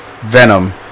Venom